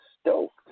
stoked